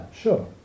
sure